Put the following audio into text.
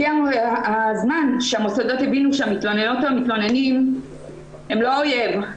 הגיע הזמן שהמוסדות יבינו שהמתלוננות והמתלוננים הם לא האויב.